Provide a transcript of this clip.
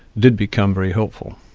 did become very helpful.